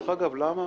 דרך אגב, למה?